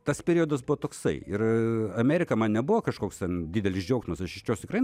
tas periodas buvo toksai ir amerika man nebuvo kažkoks ten didelis džiaugsmas aš ie jos tikrai